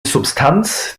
substanz